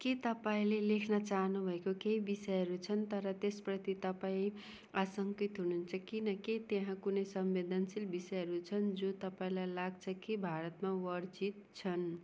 के तपाईँले लेख्न चाहनुभएको केही विषयहरू छन् तर त्यसप्रति तपाईँ आशङ्कित हुनुहुन्छ किनकि त्यहाँ कुनै संवेदनशील विषयहरू छन् जो तपाईँलाई लाग्छ कि भारतमा वर्जित छन्